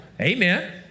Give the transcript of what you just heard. Amen